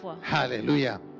Hallelujah